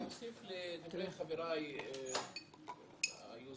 אני אוסיף לדברי חבריי היוזמים